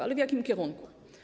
Ale w jakim kierunku?